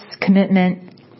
commitment